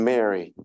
Mary